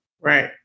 Right